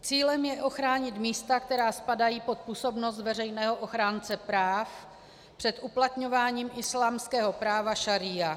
Cílem je ochránit místa, která spadají pod působnost veřejného ochránce práv, před uplatňováním islámského práva šaría.